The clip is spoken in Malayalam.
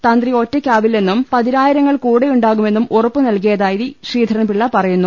തന്ത്രി ഒറ്റയ്ക്കാവില്ലെന്നും പതിനായിരങ്ങൾ കൂടെയുണ്ടാകു മെന്നും ഉറപ്പു നൽകിയതായി ശ്രീധരൻപിള്ള പറയുന്നു